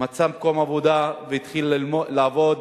מצא מקום עבודה והתחיל לעבוד